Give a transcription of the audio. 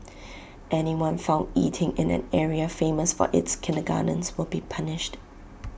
anyone found eating in an area famous for its kindergartens will be punished